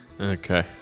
Okay